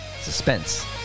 Suspense